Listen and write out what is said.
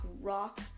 rock